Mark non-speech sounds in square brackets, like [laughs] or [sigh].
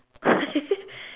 [laughs]